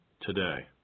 today